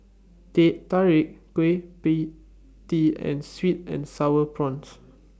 Teh Tarik Kueh PIE Tee and Sweet and Sour Prawns